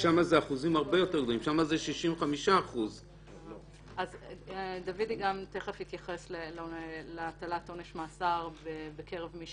שם זה אחוזים הרבה יותר גבוהים שם זה 65%. דוידי תכף יתייחס להטלת עונש מאסר בקרב מי